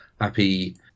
Happy